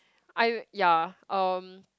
I ya um